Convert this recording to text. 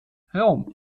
raum